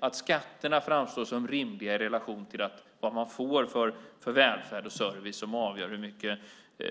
Att skatterna framstår som rimliga i relation till vad man får för välfärd och service är det som avgör hur mycket